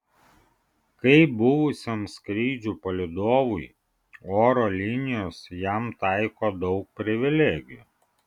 kaip buvusiam skrydžių palydovui oro linijos jam taiko daug privilegijų